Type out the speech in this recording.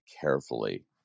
carefully